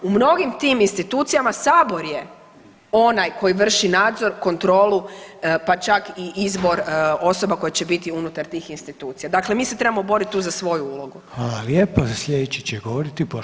U mnogim tim institucijama Sabor je onaj koji vrši nadzor, kontrolu pa čak i izbor osoba koje će biti unutar tih institucija, dakle mi se trebamo boriti tu za svoju ulogu.